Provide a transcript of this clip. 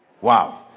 wow